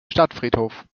stadtfriedhof